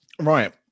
Right